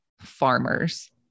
farmers